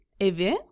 Evi